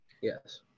Yes